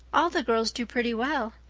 all the girls do pretty well.